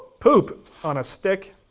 poop on a stick!